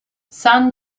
san